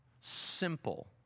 Simple